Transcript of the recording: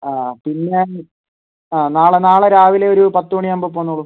ആ പിന്നേ ആ നാളെ നാളെ രാവിലെ ഒരൂ പത്ത് മണിയാവുമ്പോൾ പോന്നോളു